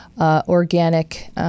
organic